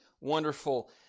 wonderful